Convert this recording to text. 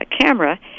camera